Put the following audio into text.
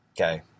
Okay